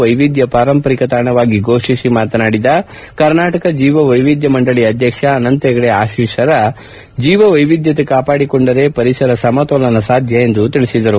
ವೈವಿಧ್ಯ ಪಾರಂಪರಿಕ ತಾಣವಾಗಿ ಫೋಷಿಸಿ ಮಾತನಾಡಿದ ಕರ್ನಾಟಕ ಜೀವ ವೈವಿಧ್ಯ ಮಂಡಳಿ ಅಧ್ಯಕ್ಷ ಅನಂತ ಹೆಗ್ನೆ ಆತೀಸರ ಜೀವ ವ್ಲೆವಿಧ್ಯತೆ ಕಾಪಾಡಿಕೊಂಡರೆ ಪರಿಸರ ಸಮತೋಲನ ಸಾಧ್ಯ ಎಂದು ತಿಳಿಸಿದರು